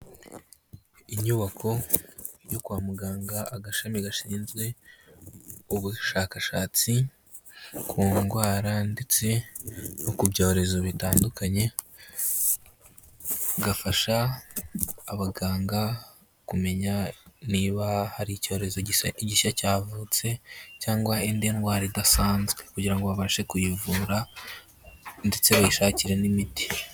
Inyubako yo kwa muganga, agashami gashinzwe ubushakashatsi ku ndwara ndetse no ku byorezo bitandukanye, gafasha abaganga kumenya niba hari icyorezo gisa gishya cyavutse cyangwa indi ndwara idasanzwe, kugira ngo babashe kuyivura ndetse bayishakire n'imiti.